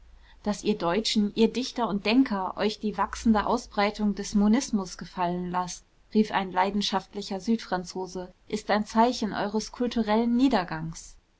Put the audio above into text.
daß ihr deutschen ihr dichter und denker euch die wachsende ausbreitung des monismus gefallen laßt rief ein leidenschaftlicher südfranzose ist ein zeichen eures kulturellen niedergangs